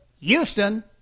Houston